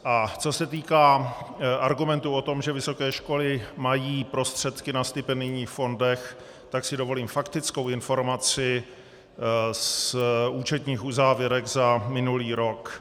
A co se týká argumentu o tom, že vysoké školy mají prostředky na stipendijních fondech, tak si dovolím faktickou informaci z účetních uzávěrek za minulý rok.